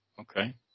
okay